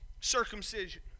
circumcision